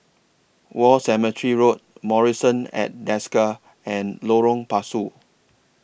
War Cemetery Road Marrison At Desker and Lorong Pasu